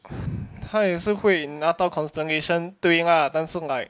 他也是会拿到 constellation 对啦但是 like